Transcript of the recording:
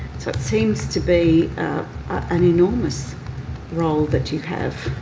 so it seems to be an enormous role that you have.